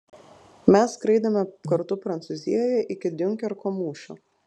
mes skraidėme kartu prancūzijoje iki diunkerko mūšio